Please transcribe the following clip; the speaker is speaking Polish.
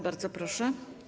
Bardzo proszę.